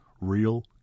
Real